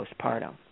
postpartum